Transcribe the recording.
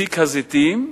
במסיק הזיתים,